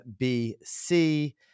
BC